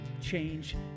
change